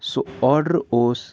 سُہ آرڈر اوس